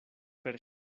per